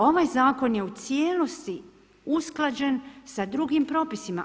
Ovaj zakon je u cijelosti usklađen sa drugim propisima.